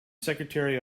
secretary